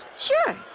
Sure